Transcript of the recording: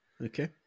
Okay